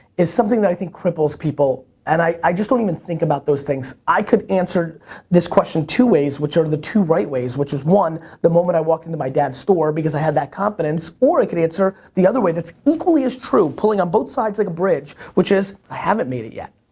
is something that i think cripples people, and i i just don't even think about those things. i could answer this question two ways, which are the two right ways, which is one the moment i walked into my dad's store, because i had that confidence, or i could answer the other way that's equally as true, pulling on both sides like a bridge, which is, i haven't made it yet.